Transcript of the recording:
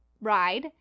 ride